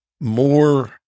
more